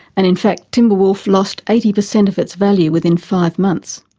and in fact timberwolf lost eighty percent of its values within five months,